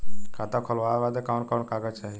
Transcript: खाता खोलवावे बादे कवन कवन कागज चाही?